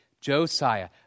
Josiah